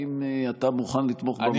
ואם אתה מוכן לתמוך במהלך הזה,